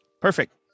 perfect